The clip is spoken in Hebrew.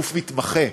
גוף מתמחה,